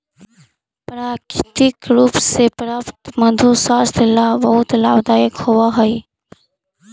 प्राकृतिक रूप से प्राप्त मधु स्वास्थ्य ला बहुत लाभदायक होवअ हई